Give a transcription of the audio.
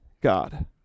God